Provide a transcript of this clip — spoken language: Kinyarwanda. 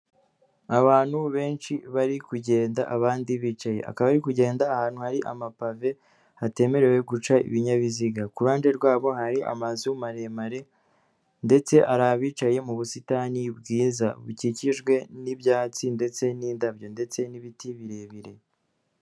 Abantu benshi bari kugenda abandi bicaye, akaba ari kugenda ahantu hari amapave hatemerewe guca ibinyabiziga, kuruhande rwabo hari amazu maremare ndetse hari abicaye mu busitani bwiza bukikijwe n'ibyatsi ndetse n'indabyo ndetse n'ibiti birebire.